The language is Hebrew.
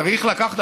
צריך לקחת,